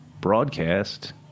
broadcast